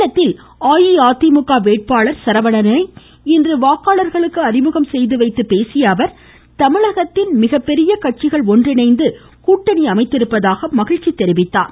சேலத்தில் அஇஅதிமுக வேட்பாளர் சரவணனை இன்று வாக்காளர்களுக்கு அறிமுகம் செய்து பேசிய அவர் தமிழகத்தின் மிகப்பெரிய கட்சிகள் ஒன்றிணைந்து கூட்டணி அமைத்திருப்பதாக குறிப்பிட்டார்